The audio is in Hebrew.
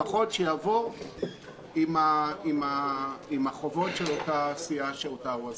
לפחות שיעבור עם החובות של אותה סיעה שאותה הוא עזב.